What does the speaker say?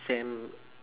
send